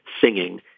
singing